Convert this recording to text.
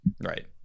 Right